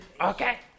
Okay